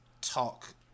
talk